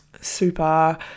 super